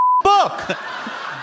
book